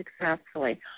Successfully